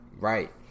right